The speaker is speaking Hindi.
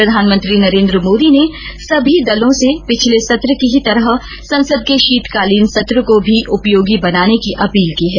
प्रधानमंत्री नरेन्द्र मोदी ने सभी दलों से पिछले सत्र की ही तरह संसद के शीतकालीन सत्र को भी उपयोगी बनाने की अपील की है